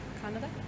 Canada